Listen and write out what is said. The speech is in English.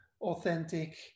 authentic